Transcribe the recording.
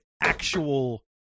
actual